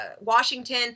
Washington